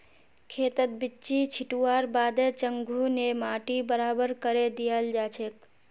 खेतत बिच्ची छिटवार बादे चंघू ने माटी बराबर करे दियाल जाछेक